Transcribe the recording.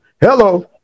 Hello